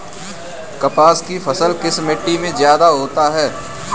कपास की फसल किस मिट्टी में ज्यादा होता है?